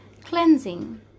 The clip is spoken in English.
cleansing